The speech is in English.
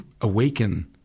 awaken